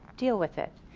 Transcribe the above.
deal with it.